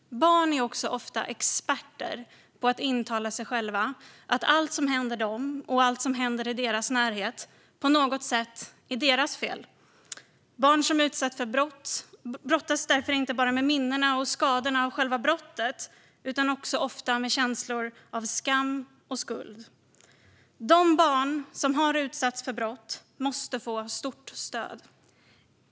Barn är också ofta experter på att intala sig själva att allt som händer dem och allt som händer i deras närhet på något sätt är deras eget fel. Barn som utsätts för brott brottas därför inte bara med minnena och skadorna av själva brottet utan också ofta med känslor av skam och skuld. De barn som har utsatts för brott måste få ett starkt stöd.